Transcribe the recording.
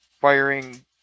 firing